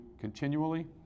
continually